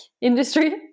industry